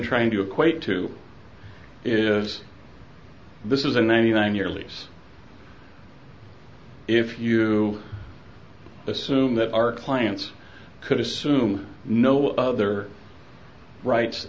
trying to equate to is this is a ninety nine year lease if you assume that our client could assume no other rights